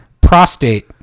Prostate